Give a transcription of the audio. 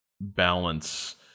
balance